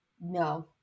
No